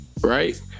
right